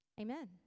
Amen